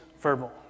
verbal